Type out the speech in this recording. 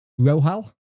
Rohal